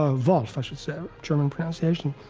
ah volf i should say, german pronunciation,